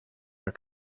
her